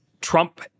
Trump